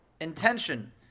intention